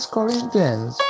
Corinthians